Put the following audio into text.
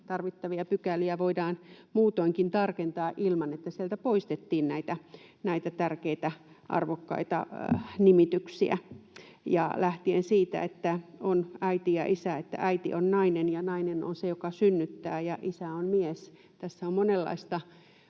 tarvittavia pykäliä voidaan muutoinkin tarkentaa, ilman että sieltä poistettaisiin näitä tärkeitä, arvokkaita nimityksiä, lähtien siitä, että on äiti ja isä ja että äiti on nainen ja nainen on se, joka synnyttää, ja isä on mies. Tässä on monenlaista